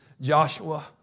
Joshua